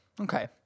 Okay